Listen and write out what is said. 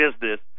business